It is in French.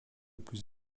plus